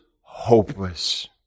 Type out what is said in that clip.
hopeless